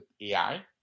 AI